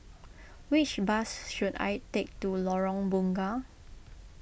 which bus should I take to Lorong Bunga